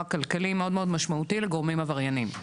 כלכלי מאוד מאוד משמעותי לגורמים עברייניים.